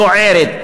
מכוערת,